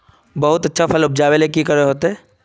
बहुत अच्छा फसल उपजावेले की करे होते?